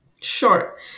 Sure